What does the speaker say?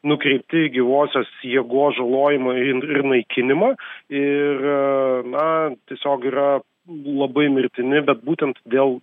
nukreipti gyvosios jėgos žalojimui in ir naikinimą ir na tiesiog yra labai mirtini bet būtent dėl